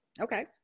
Okay